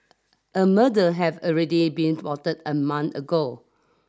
a murder have already been plotted a month ago